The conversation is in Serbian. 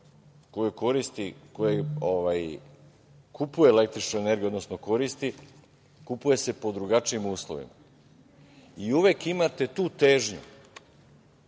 stanovništvo koje kupuje električnu energiju, odnosno koristi, kupuje se pod drugačijim uslovima. Uvek imate tu težnju